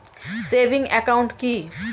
Savings account কি?